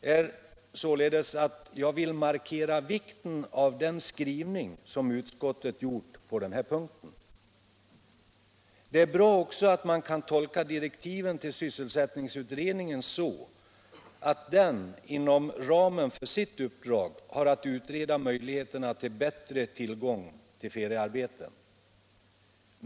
är således att jag vill markera vikten av den skrivning som utskottet gjort på den här punkten. Det är bra också att man kan tolka direktiven till sysselsättningsutredningen så, att den inom ramen för sitt uppdrag har att utreda möjligheterna för bättre tillgång till feriearbeten.